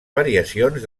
variacions